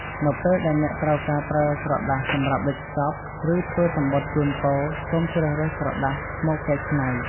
នៅពេលដែលអ្នកត្រូវការប្រើក្រដាសសម្រាប់វេចខ្ចប់ ឬធ្វើំសំបុត្រជូនពរ សូមជ្រើសរើស ក្រដាសមកកែច្នៃ ។